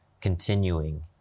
continuing